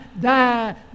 die